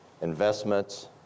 investments